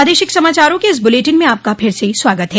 प्रादेशिक समाचारों के इस बुलेटिन में आपका फिर से स्वागत है